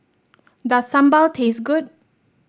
does Sambal taste good